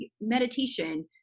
meditation